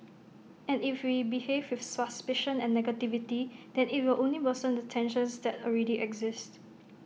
and if we behave with suspicion and negativity then IT will only worsen the tensions that already exist